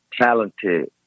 talented